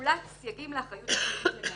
תחולת סייגים לאחריות הפלילית למעשה."